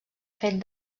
fet